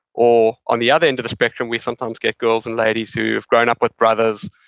or on the other end of the spectrum, we sometimes get girls and ladies who have grown up with brothers,